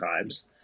times